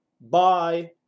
bye